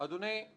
עיקר התמיכה